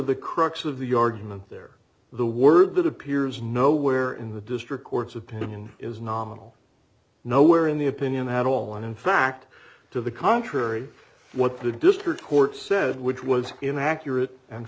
the crux of the argument there the word that appears nowhere in the district court's opinion is nominal nowhere in the opinion had all and in fact to the contrary what the district court said which was inaccurate and